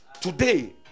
today